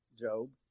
Job